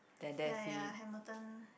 ya ya Hamilton